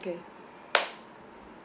okay